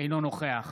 אינו נוכח